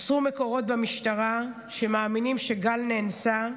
מסרו מקורות במשטרה שמאמינים שגל נאנסה.